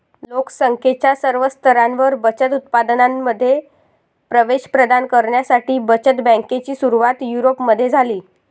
लोक संख्येच्या सर्व स्तरांवर बचत उत्पादनांमध्ये प्रवेश प्रदान करण्यासाठी बचत बँकेची सुरुवात युरोपमध्ये झाली